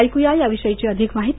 ऐकूया याविषयी अधिक माहिती